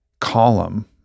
column